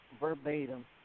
verbatim